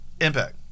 Impact